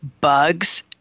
bugs